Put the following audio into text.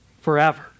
forever